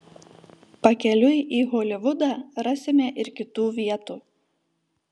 pakeliui į holivudą rasime ir kitų vietų